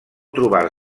trobar